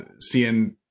seeing